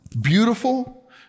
Beautiful